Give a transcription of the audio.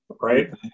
Right